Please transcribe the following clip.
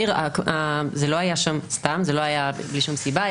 זה לא היה שם סתם ובלי שום סיבה.